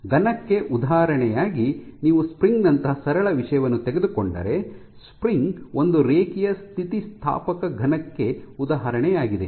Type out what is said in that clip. ಘನಕ್ಕೆ ಉದಾಹರಣೆಯಾಗಿ ನೀವು ಸ್ಪ್ರಿಂಗ್ ನಂತಹ ಸರಳ ವಿಷಯವನ್ನು ತೆಗೆದುಕೊಂಡರೆ ಸ್ಪ್ರಿಂಗ್ ಒಂದು ರೇಖೀಯ ಸ್ಥಿತಿಸ್ಥಾಪಕ ಘನಕ್ಕೆ ಉದಾಹರಣೆಯಾಗಿದೆ